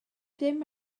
dim